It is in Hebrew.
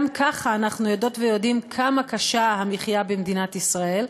גם ככה אנחנו יודעות ויודעים כמה קשה המחיה במדינת ישראל,